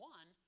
One